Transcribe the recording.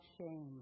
shame